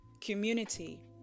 community